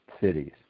cities